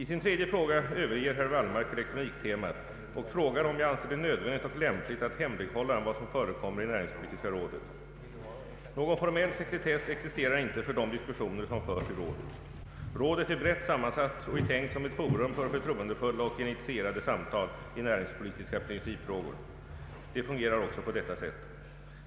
I sin tredje fråga överger herr Wallmark elektroniktemat och frågar om jag anser det nödvändigt och lämpligt att hemlighålla vad som förekommer i näringspolitiska rådet. Någon formell sekretess existerar inte för de diskussioner som förs i rådet. Rådet är brett sammansatt och är tänkt som ett forum för förtroendefulla och initierade samtal i näringspolitiska principfrågor. Det fungerar också på detta sätt.